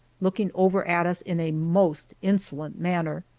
looking over at us in a most insolent manner.